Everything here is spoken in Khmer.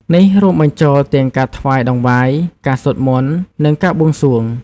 នេះរួមបញ្ចូលទាំងការថ្វាយតង្វាយ ការសូត្រមន្ត និងការបួងសួង។